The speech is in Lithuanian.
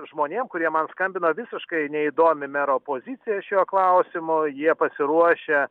žmonėm kurie man skambino visiškai neįdomi mero pozicija šiuo klausimu jie pasiruošę